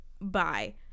bye